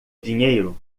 dinheiro